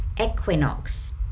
equinox